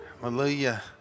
Hallelujah